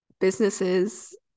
businesses